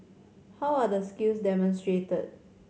how are the skills demonstrated